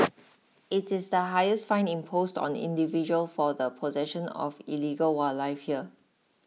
it is the highest fine imposed on individual for the possession of illegal wildlife here